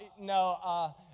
no